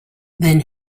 then